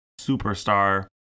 superstar